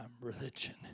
religion